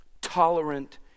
tolerant